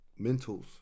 mentals